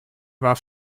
war